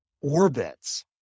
orbits